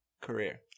career